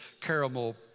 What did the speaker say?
caramel